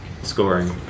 scoring